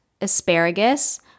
asparagus